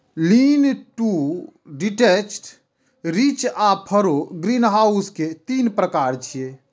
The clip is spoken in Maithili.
लीन टू डिटैच्ड, रिज आ फरो ग्रीनहाउस के तीन प्रकार छियै